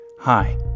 hi